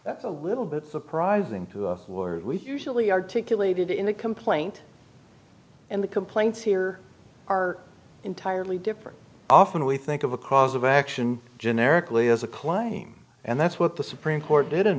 that's a little bit surprising to us were usually articulated in the complaint and the complaints here are entirely different often we think of a cause of action generically as a claim and that's what the supreme court did